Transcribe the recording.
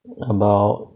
about